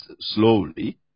slowly